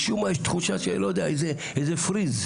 משום מה יש תחושה של איזה "פריז",